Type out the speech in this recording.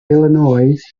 illinois